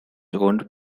owned